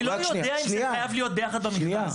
אני לא יודע אם זה חייב להיות ביחד במכרז.